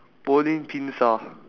bowling pins ah